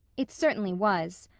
it certainly was.